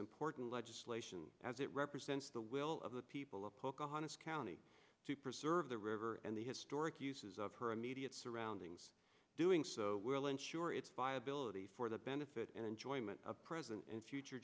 important legislation as it represents the will of the people of pocahontas county to preserve the river and the historic uses of her immediate surroundings doing so will ensure its viability for the benefit and enjoyment of present and future